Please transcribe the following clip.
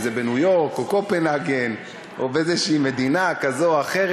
אם זה בניו-יורק או קופנהגן או באיזו מדינה כזאת או אחרת.